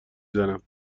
زنم